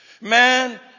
Man